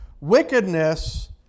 Wickedness